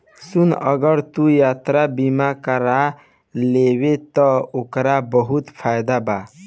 सुन अगर तू यात्रा बीमा कारा लेबे त ओकर बहुत फायदा बा